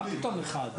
מה פתאום אחד?